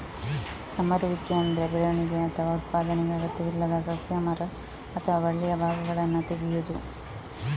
ಸಮರುವಿಕೆ ಅಂದ್ರೆ ಬೆಳವಣಿಗೆ ಅಥವಾ ಉತ್ಪಾದನೆಗೆ ಅಗತ್ಯವಿಲ್ಲದ ಸಸ್ಯ, ಮರ ಅಥವಾ ಬಳ್ಳಿಯ ಭಾಗಗಳನ್ನ ತೆಗೆಯುದು